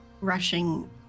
Rushing